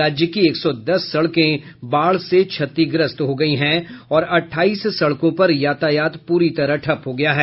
राज्य की एक सौ दस सड़के बाढ़ से क्षतिग्रस्त हो गई हैं और अट्ठाईस सड़कों पर यातायात पूरी तरह ठप्प हो गया है